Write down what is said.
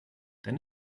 denn